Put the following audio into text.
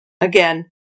again